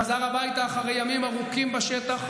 שחזר הביתה אחרי ימים ארוכים בשטח,